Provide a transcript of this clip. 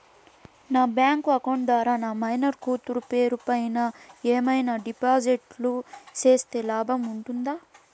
నా bank account ద్వారా నా మైనర్ కూతురు పేరు పైన ఏమన్నా డిపాజిట్లు సేస్తే లాభం ఉంటుందా?